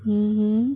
mmhmm